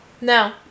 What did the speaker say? No